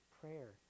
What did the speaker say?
prayer